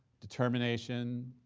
determination,